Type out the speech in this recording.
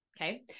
Okay